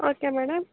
okay madam